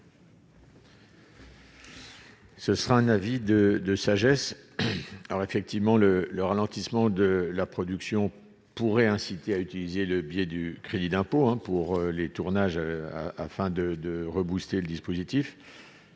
Ce sera un avis de sagesse alors effectivement le le ralentissement de la production pourrait inciter à utiliser le biais du crédit d'impôt, hein, pour les tournages afin de de reboosté le dispositif